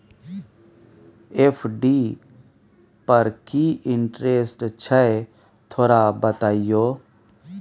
FD पर की interest छय थोरा बतईयो?